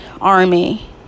army